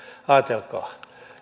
ajatelkaa